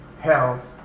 health